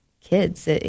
kids